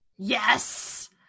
Yes